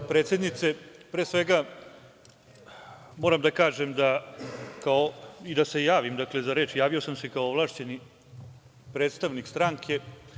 Predsednice, pre svega, moram da kažem i da se javim za reč, javio sam se kao ovlašćeni predstavnik stranke.